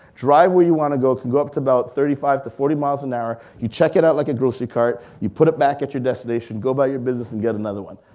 drive where you wanna go, can go up to about thirty five to forty miles an hour, you check it out like a grocery cart, you put it back at your destination, go about your business and get another one.